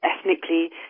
ethnically